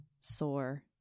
sore